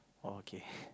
okay